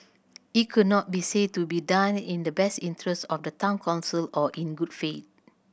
it could not be said to be done in the best interest of the Town Council or in good faith